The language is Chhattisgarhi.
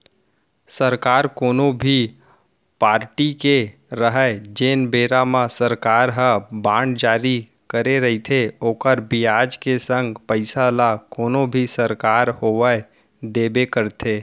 सरकार कोनो भी पारटी के रहय जेन बेरा म सरकार ह बांड जारी करे रइथे ओखर बियाज के संग पइसा ल कोनो भी सरकार होवय देबे करथे